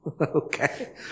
Okay